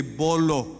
bolo